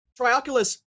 Trioculus